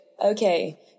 Okay